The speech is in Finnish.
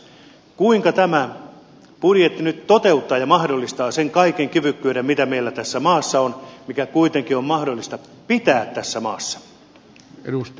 kuinka tämä budjetti nyt toteuttaa ja mahdollistaa sen kaiken kyvykkyyden mitä meillä tässä maassa on mikä kuitenkin on mahdollista pitää tässä maassa